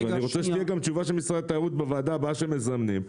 ואני רוצה שתהיה גם תשובה של משרד התיירות בוועדה הבאה שהם מזמנים,